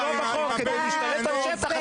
שנבנו שלא כחוק כדי להשתלט על שטח,